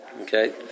Okay